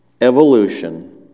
evolution